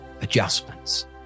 adjustments